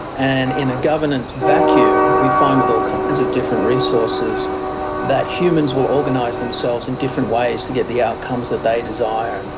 and in a governance vacuum we find with all kinds of different resources that humans will organise themselves in different ways to get the outcomes that they desire. and